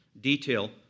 detail